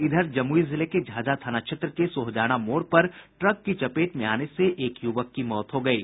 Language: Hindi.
इधर जमुई जिले के झाझा थाना क्षेत्र के सोहजाना मोड़ पर ट्रक की चपेट में आने से एक युवक की मौत हो गयी